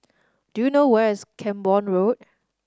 do you know where is Camborne Road